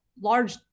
large